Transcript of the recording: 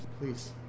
please